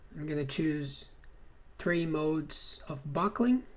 i'm going to choose three modes of buckling